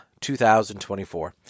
2024